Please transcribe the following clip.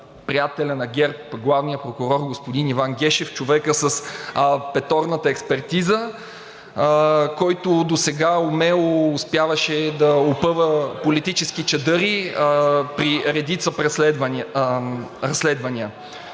приятеля на ГЕРБ – главния прокурор господин Иван Гешев, човека с петорната експертиза, който досега умело успяваше да опъва политически чадъри при редица разследвания.